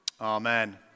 Amen